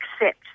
accept